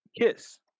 Kiss